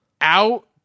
out